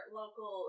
local